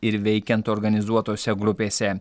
ir veikiant organizuotose grupėse